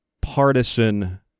partisan